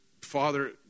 Father